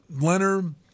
Leonard